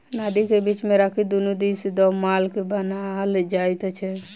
नादि के बीच मे राखि दुनू दिस सॅ माल के बान्हल जाइत छै